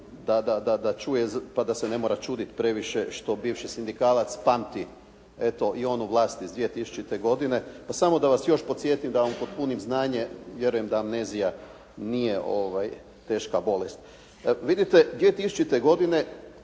da čuje pa da se ne mora čuditi previše što bivši sindikalac pamti eto i onu vlast iz 2000. godine, pa samo da vas još podsjetim da vam upotpunim znanje vjerujem da amnezija nije teška bolest. Vidite, 2000. godine